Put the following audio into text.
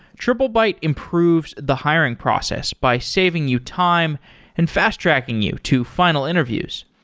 triplebyte improves the hiring process by saving you time and fast-tracking you to final interviews.